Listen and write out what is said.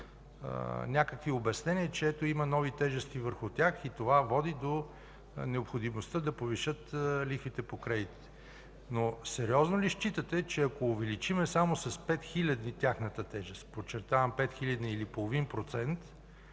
някакви обяснения, че ето, има нови тежести върху тях и това води до необходимостта да повишат лихвите по кредитите. Но сериозно ли считате, че ако увеличим само с 5 хилядни тяхната тежест, подчертавам, 5 хилядни, или половин процент,